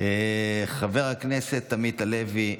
חבר הכנסת עמית הלוי,